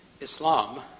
Islam